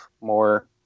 more